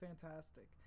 fantastic